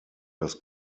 das